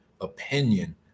opinion